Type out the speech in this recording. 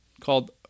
called